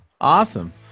Awesome